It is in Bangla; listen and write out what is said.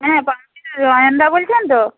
হ্যাঁ অয়নদা বলছেন তো